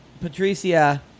Patricia